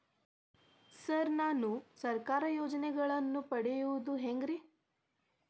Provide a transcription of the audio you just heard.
Sir ನಾನು ಸರ್ಕಾರ ಯೋಜೆನೆಗಳನ್ನು ಪಡೆಯುವುದು ಹೆಂಗ್ರಿ?